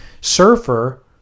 surfer